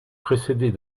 précédée